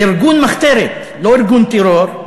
ארגון מחתרת, לא ארגון טרור.